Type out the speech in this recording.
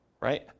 Right